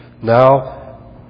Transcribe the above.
now